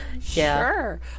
Sure